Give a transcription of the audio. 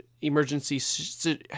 emergency